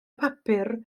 papur